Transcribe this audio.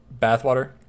bathwater